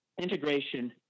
integration